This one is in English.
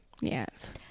Yes